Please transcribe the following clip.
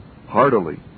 heartily